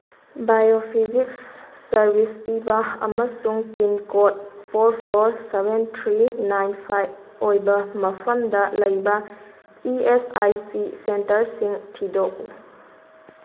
ꯕꯥꯌꯣ ꯐꯤꯖꯤꯛꯁ ꯁꯔꯚꯤꯁ ꯄꯤꯕ ꯑꯃꯁꯨꯡ pin code four four seven three nine five ꯑꯣꯏꯕ ꯃꯐꯝꯗ ꯂꯩꯕ ꯏ ꯑꯦꯁ ꯑꯥꯏ ꯁꯤ ꯁꯦꯟꯇꯔꯁꯤꯡ ꯊꯤꯗꯣꯛꯎ